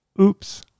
oops